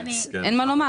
אין מה לומר.